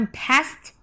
past